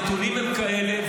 הנתונים הם כאלה,